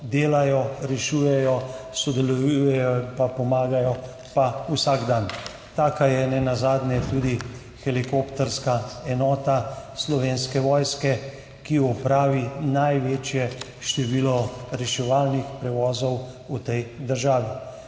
delajo, rešujejo, sodelujejo pa pomagajo pa vsak dan. Taka je nenazadnje tudi helikopterska enota Slovenske vojske, ki opravi največje število reševalnih prevozov v tej državi.